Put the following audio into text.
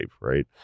right